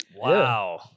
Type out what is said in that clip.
Wow